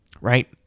right